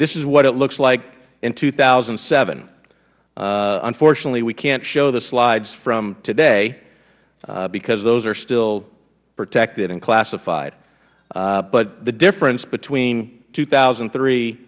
this is what it looks like in two thousand and seven unfortunately we can't show the slides from today because those are still protected and classified but the difference between two thousand and three